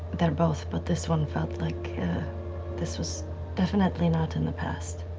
they're both, but this one felt like this was definitely not in the past